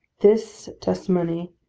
this testimony,